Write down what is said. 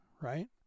right